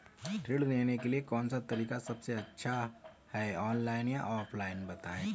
ऋण लेने के लिए कौन सा तरीका सबसे अच्छा है ऑनलाइन या ऑफलाइन बताएँ?